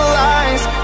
lies